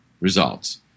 results